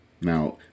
Now